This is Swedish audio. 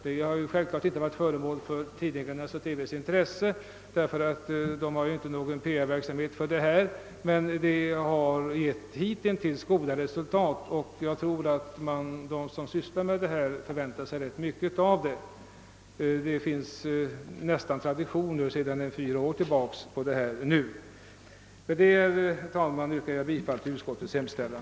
Det har självfallet inte varit föremål för tidningarnas och televisionens intresse, eftersom man inte bedriver någon PR verksamhet, men verksamheten har givit goda resultat, och jag tror att de som sysslar med den har stora förväntningar. Det finns nu nästan en tradition sedan fyra år på detta område. Med dessa ord, herr talman, yrkar jag bifall till utskottets hemställan.